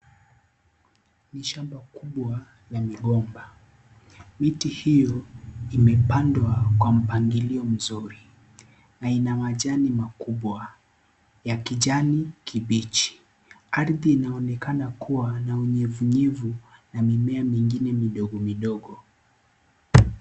Ni shamba la migomba, miti hiyo imepandwa kwa mpangilio mzuri, na ina majani makubwa ya kijani kibichi, ardhi inaonekana kuwa na unyevunyevu na mimea mingine midogo midogo.